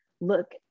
look